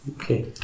okay